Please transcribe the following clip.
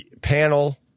panel